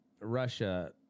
Russia